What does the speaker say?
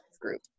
group